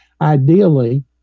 ideally